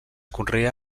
conrea